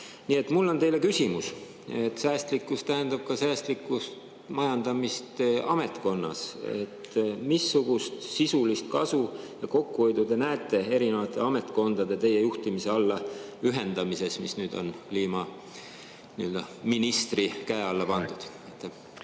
Nii et mul on teile küsimus. Säästlikkus tähendab ka säästlikku majandamist ametkonnas. Missugust sisulist kasu ja kokkuhoidu te näete nende eri ametkondade teie juhtimise alla ühendamises, mis nüüd on kliimaministri käe alla pandud?